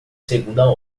segunda